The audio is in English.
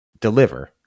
deliver